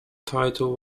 title